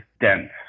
dense